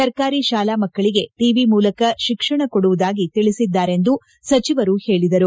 ಸರ್ಕಾರಿ ಶಾಲಾ ಮಕ್ಕಳಿಗೆ ಟಿವಿ ಮೂಲಕ ಶಿಕ್ಷಣ ಕೊಡುವುದಾಗಿ ತಿಳಿಸಿದ್ದಾರೆಂದು ಸಚಿವರು ಹೇಳಿದರು